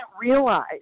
realize